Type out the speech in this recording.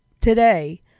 today